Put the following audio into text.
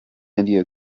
india